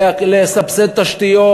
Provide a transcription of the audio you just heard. לסבסד תשתיות,